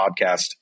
podcast